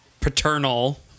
paternal